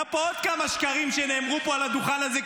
היו פה עוד כמה שקרים שנאמרו פה על הדוכן הזה,